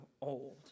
old